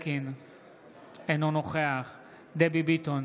אינו נוכח דבי ביטון,